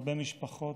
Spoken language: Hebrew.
הרבה משפחות,